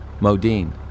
Modine